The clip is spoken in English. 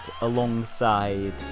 alongside